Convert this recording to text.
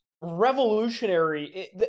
revolutionary